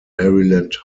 maryland